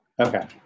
okay